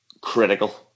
critical